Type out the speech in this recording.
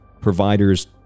providers